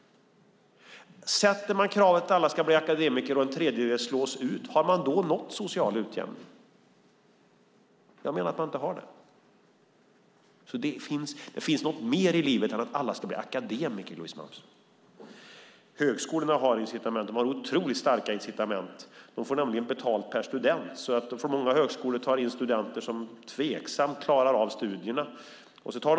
Sätter man kravet att alla ska bli akademiker och en tredjedel slås ut, har man då nått social utjämning? Jag menar att man inte har det. Det finns något mer i livet än att alla ska bli akademiker, Louise Malmström. Högskolorna har otroligt starka incitament. De får nämligen betalt per student. Många högskolor tar in studenter trots att det är tveksamt om dessa kommer att klara av studierna.